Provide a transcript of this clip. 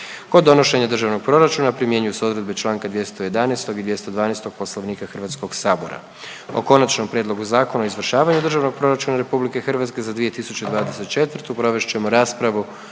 Kod donošenja Državnog proračuna primjenjuju se odredbe Članka 211. i 212. Poslovnika Hrvatskog sabora. O Konačnom prijedlogu Zakona o izvršavanju Državnog proračuna RH za 2024. godinu provest ćemo raspravu